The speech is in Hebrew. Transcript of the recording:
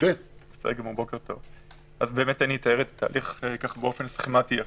בוקר טוב, אתאר את התהליך באופן סכמתי יחסית.